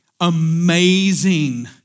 amazing